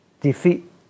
defeat